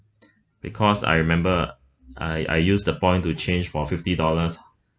because I remember I I used the point to change for fifty dollars